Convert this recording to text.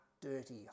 dirty